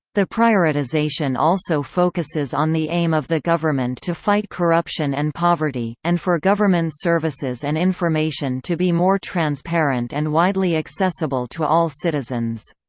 the prioritization also focuses on the aim of the government to fight corruption and poverty, and for government services and information to be more transparent and widely accessible to all citizens.